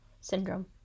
Syndrome